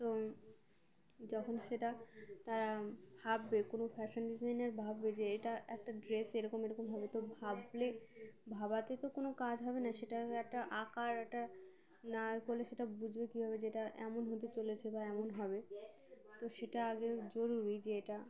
তো যখন সেটা তারা ভাববে কোনো ফ্যাশান ডিজাইনের ভাববে যে এটা একটা ড্রেস এরকম এরকম হবে তো ভাবলে ভাবাতে তো কোনো কাজ হবে না সেটার একটা আঁকার একটা না করলে সেটা বুঝবে কী হবে যে এটা এমন হতে চলেছে বা এমন হবে তো সেটা আগেও জরুরি যে এটা